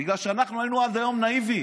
בגלל שאנחנו היינו עד היום נאיביים,